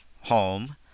home